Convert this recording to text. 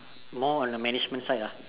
more on the management side ah